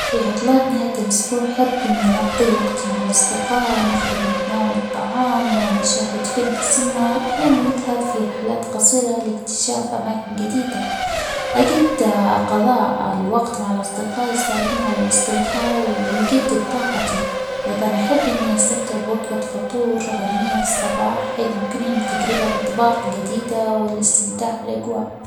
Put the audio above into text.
في عطلات نهاية الأسبوع أحب إني أقضي وقتي مع الأصدقاء ونخرج ونتناول الطعام ونشاهد فيلم في السينما، أحياناً نذهب في رحلات قصيرة لاكتشاف أماكن جديدة، أجد قضاء الوقت مع الأصدقاء يساعدني على الاسترخاء ويجدد طاقتي، أيضاً أحب أني أستمتع بوجبة فطور غنية في الصباح حيث يمكنني تجربة أطباق جديدة والاستمتاع بالأجواء.